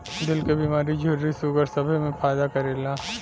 दिल क बीमारी झुर्री सूगर सबे मे फायदा करेला